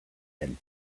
and